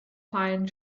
pine